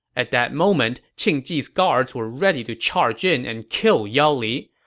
at that moment, qing ji's guards were ready to charge in and kill yao li,